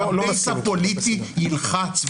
כי הבייס הפוליטי ילחץ,